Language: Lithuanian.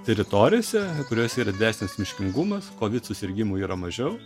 teritorijose kuriose yra didesnis miškingumas kovid susirgimų yra mažiau